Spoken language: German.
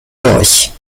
durch